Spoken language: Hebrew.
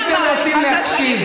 אם אתם רוצים להקשיב,